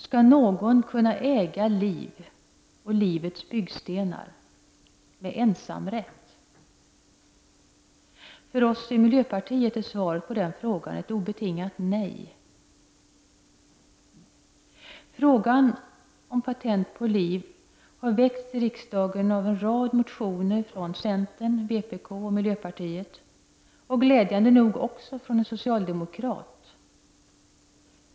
Skall någon kunna äga liv och livets byggstenar — med ensamrätt? För oss i miljöpartiet är svaret på den frågan ett obetingat nej. Frågan om patent på liv har väckts i riksdagen i en rad motioner från centern, vpk, miljöpartiet — och glädjande också från en socialdemokrat.